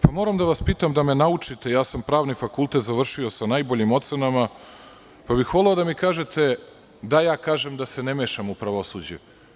pa moram da vas pitam da me naučite, jer ja sam pravni fakultet završio sa najboljim ocenama, pa bih voleo da mi kažete da ja kažem da se ne mešam u pravosuđe.